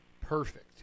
perfect